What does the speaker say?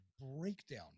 breakdown